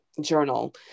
journal